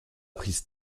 prise